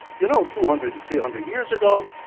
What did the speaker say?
you know, two hundred to three hundred years ago,